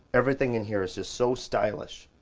everything in here is just so stylish.